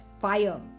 fire